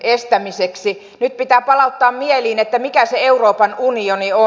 nyt pitää palauttaa mieliin mikä se euroopan unioni on